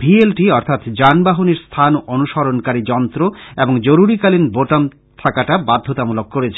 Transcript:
V L T অর্থাৎ যান বাহনের স্থান অনুসরনকারী যন্ত্র এবং জরুরীকালীন বোতাম থাকাটা বাধ্যতামূলক করছে